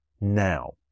now